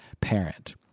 parent